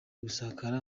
gusakara